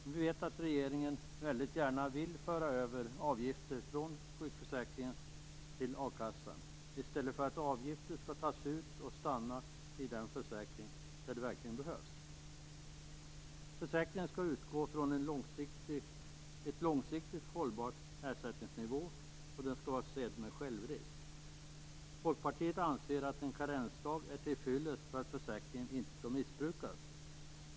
Vi vet att regeringen väldigt gärna vill föra över avgifter från sjukförsäkringen till a-kassan i stället för att ta ut avgifter och låta dem stanna i den försäkring där de verkligen behövs. Försäkringen skall utgå från en långsiktigt hållbar ersättningsnivå och den skall vara försedd med självrisk. Vi i Folkpartiet anser att en karensdag är till fyllest för att försäkringen inte skall missbrukas.